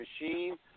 machine